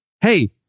Hey